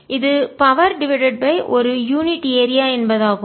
இது பவர் சக்தி divided by ஒரு யூனிட் ஏரியா என்பதாகும்